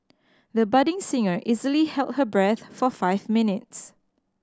the budding singer easily held her breath for five minutes